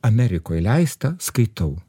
amerikoj leistą skaitau